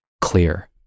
clear